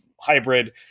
hybrid